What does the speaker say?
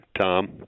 Tom